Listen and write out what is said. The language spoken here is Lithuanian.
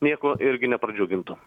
nieko irgi nepradžiugintų